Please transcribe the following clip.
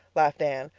laughed anne.